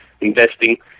investing